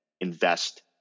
invest